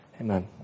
Amen